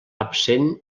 absent